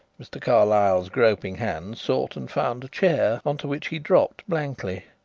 mr. carlyle's groping hand sought and found a chair, on to which he dropped blankly.